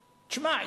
תשמע,